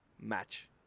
match